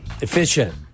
Efficient